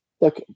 look